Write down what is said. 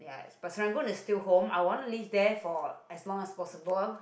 but Serangoon is still home I wanna live there for as long as possible